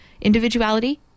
individuality